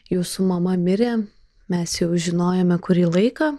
jūsų mama mirė mes jau žinojome kurį laiką